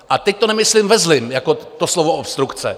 A teď to nemyslím ve zlém jako to slovo obstrukce.